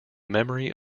memory